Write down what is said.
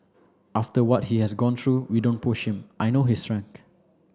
after what he has gone through we don't push him I know his strength